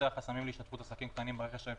החסמים להשתתפות עסקים קטנים ברכש הממשלתי.